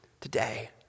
today